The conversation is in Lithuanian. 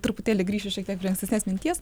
truputėlį grįšiu šiek tiek prie ankstesnės minties